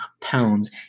pounds